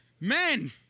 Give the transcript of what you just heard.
Men